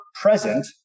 present